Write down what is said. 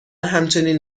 همچنین